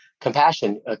compassion